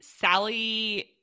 sally